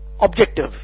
Objective